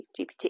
GPT